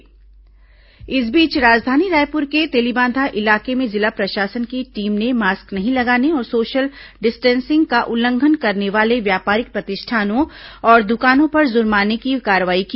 lockdown उल्लंघन कार्रवाई इस बीच राजधानी रायपुर के तेलीबांधा इलाके में जिला प्रशासन की टीम ने मास्क नहीं लगाने और सोशल डिस्टेंसिंग का उल्लंघन करने वाले व्यापारिक प्रतिष्ठानों और दुकानों पर जुर्माने की कार्रवाई की